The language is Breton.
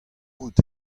out